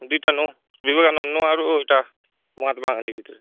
ଦିଟା ନୁ ବିବେକାନନ୍ଦ ଆରୁ ଏଟା ମହାତ୍ମା ଗାନ୍ଧୀ ଭିତରେ